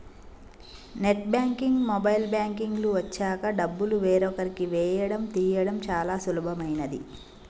net banking, mobile banking లు వచ్చాక డబ్బులు వేరొకరికి వేయడం తీయడం చాలా సులభమైనది